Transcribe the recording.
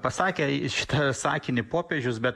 pasakė šitą sakinį popiežius bet